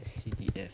S_C_D_F